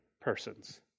persons